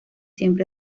siempre